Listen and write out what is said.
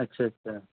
ਅੱਛਾ ਅੱਛਾ